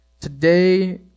Today